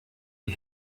die